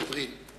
סנהדרין.